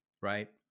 right